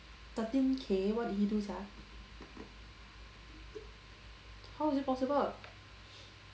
thirteen K what did he do sia how is it possible